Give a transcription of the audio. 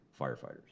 firefighters